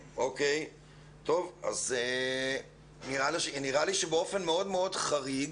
טוב, אז נראה לי שבאופן מאוד מאוד חריג,